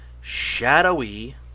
shadowy